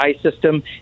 system